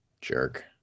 jerk